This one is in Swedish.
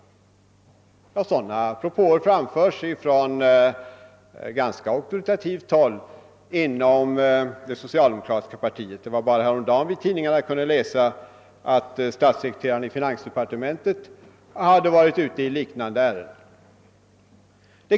Sådana propåer framförs från ganska auktoritativt håll inom det socialdemokratiska partiet; senast häromdagen kunde vi i tidningarna läsa att statssekreteraren i finansdepartementet hade varit ute i liknande ärenden.